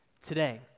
today